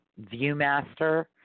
viewmaster